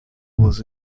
was